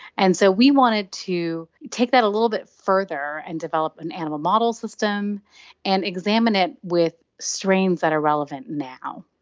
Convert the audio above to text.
and so we wanted to take that little bit further and develop an animal model system and examine it with strains that are relevant now.